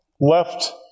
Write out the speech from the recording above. left